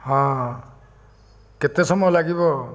ହଁ କେତେ ସମୟ ଲାଗିବ